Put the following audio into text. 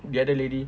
the other lady